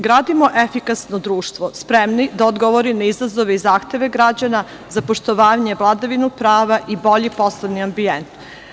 Gradimo efikasno društvo, spremno da odgovori na izazove i zahteva građana za poštovanje vladavine prava i bolji poslovni ambijent.